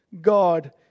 God